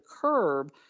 curb